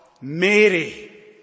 Mary